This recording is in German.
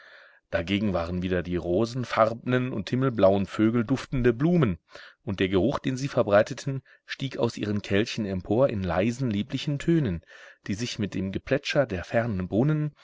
dagegen waren wieder die rosenfarbnen und himmelblauen vögel duftende blumen und der geruch den sie verbreiteten stieg aus ihren kelchen empor in leisen lieblichen tönen die sich mit dem geplätscher der fernen brunnen